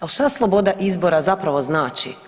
Al šta sloboda izbora zapravo znači?